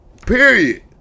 Period